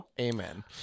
Amen